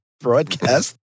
broadcast